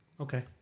Okay